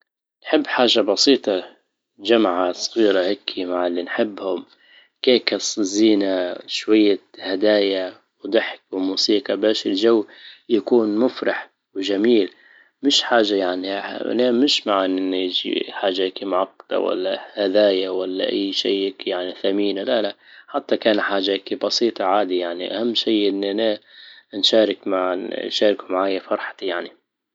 تحب حاجة بسيطة جمعة صغيرة هكى مع اللي نحبهم كيكة صغـ- زينة ، شوية هدايا وضحك وموسيقى باش الجو يكون مفرح وجميل مش حاجة يعني مش مع ان يجى حاجة هيكي معقدة ولا هدايا ولا اى شئ يعني ثمينة لا لا حتى كان حاجك بسيطة عادي يعني اهم شي اني انا نشارك معا شاركوا معايا فرحتي يعني